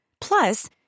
Plus